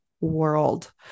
world